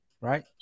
right